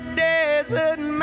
desert